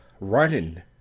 running